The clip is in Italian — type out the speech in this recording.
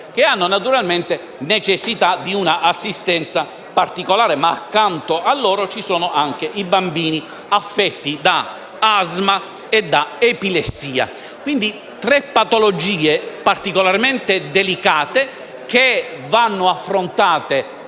hanno naturalmente necessità di un'assistenza particolare. Accanto a loro ci sono anche i bambini affetti da asma ed epilessia. Stiamo parlando, quindi, di tre patologie particolarmente delicate che vanno affrontate